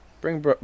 bring